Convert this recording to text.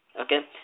okay